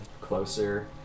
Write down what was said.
closer